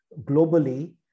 globally